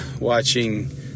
watching